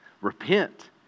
Repent